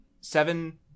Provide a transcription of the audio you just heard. seven